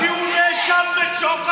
אתה חלק מהמשטרה.